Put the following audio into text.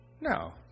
No